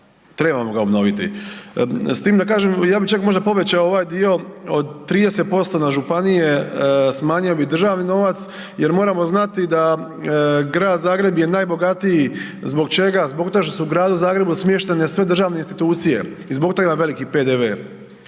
Trebamo ga obnoviti. S tim da kažem, ja bih čak možda povećao ovaj dio od 30% na županije, smanjio bi državni novac jer moramo znati da Grad Zagreb je najbogatiji. Zbog čega? Zbog toga što su u Gradu Zagrebu smještene sve državne institucije i zbog toga je veliki PDV.